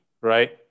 right